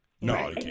No